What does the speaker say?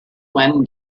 when